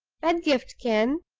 pedgift can.